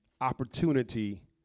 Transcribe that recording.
opportunity